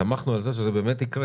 הסתמכנו על זה שזה באמת יקרה